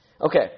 Okay